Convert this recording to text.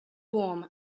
warm